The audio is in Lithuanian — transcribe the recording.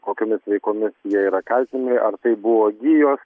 kokiomis veikomis jie yra kaltinimai o tai buvo gijos